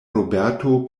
roberto